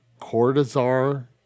Cortazar